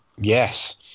Yes